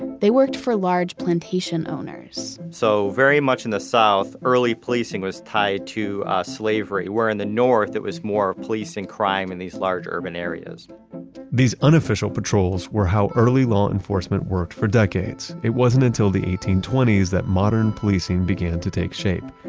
they worked for large plantation owners so very much in the south, early policing was tied to slavery. where in the north, it was more policing crime in these large urban areas these unofficial patrols were how early law enforcement worked for decades. it wasn't until the eighteen twenty s that modern policing began to take shape.